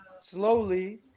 slowly